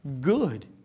good